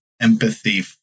empathy